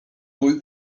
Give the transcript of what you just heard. mój